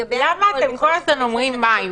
לגבי אלכוהול --- למה אתם כל הזמן אומרים מים?